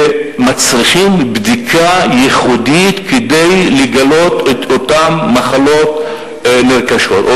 שמצריכים בדיקה ייחודית כדי לגלות את אותן מחלות נרכשות,